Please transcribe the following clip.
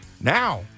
Now